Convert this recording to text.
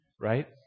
right